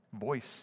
voice